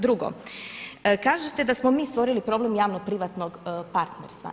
Drugo, kažete da smo mi stvorili problem javno privatnog partnerstva.